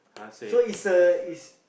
so is a is